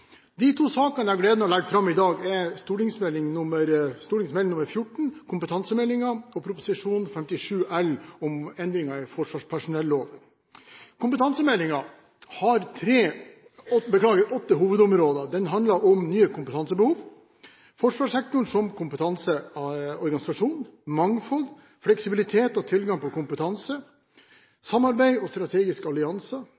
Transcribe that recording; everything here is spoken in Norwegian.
De to sakene jeg har gleden av å legge fram til behandling i dag, gjelder Meld. St. 14 for 2012–2013, kompetansemeldingen, og Prop. 57 L for 2012–2013 om endringer i forsvarspersonelloven. Kompetansemeldingen har åtte hovedområder. Den handler om nye kompetansebehov, forsvarssektoren som kompetanseorganisasjon, mangfold, fleksibilitet og tilgang på